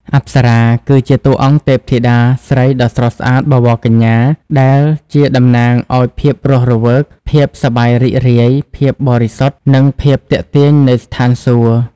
អប្សរា គឺជាតួអង្គទេពធីតាស្រីដ៏ស្រស់ស្អាតបវរកញ្ញា ដែលជាតំណាងឲ្យភាពរស់រវើក ភាពសប្បាយរីករាយ ភាពបរិសុទ្ធ និងភាពទាក់ទាញនៃស្ថានសួគ៌។